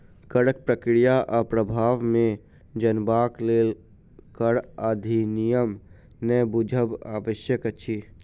करक प्रक्रिया आ प्रभाव के जनबाक लेल कर अधिनियम के बुझब आवश्यक अछि